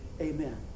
Amen